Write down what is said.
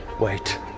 Wait